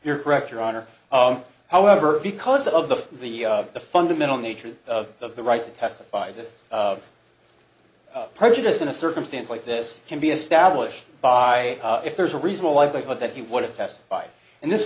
you're correct your honor however because of the the the fundamental nature of the the right to testify this prejudice in a circumstance like this can be established by if there's a reasonable likelihood that he would have testified and this